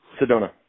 Sedona